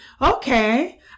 okay